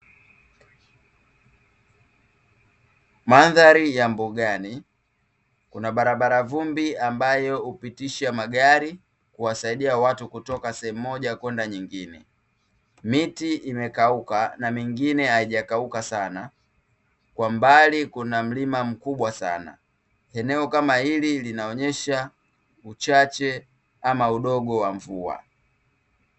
Mandhari ya mbugani kuna barabara vumbi ambayo hupitisha magari kuwasaidia watu kutoka sehemu moja kwenda nyingine. Miti imekauka na mengine haijakauka sana. Kwa mbali kuna mlima mkubwa sana. Eneo kama hili linaonyesha uchache ama udogo wa mvua.